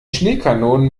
schneekanonen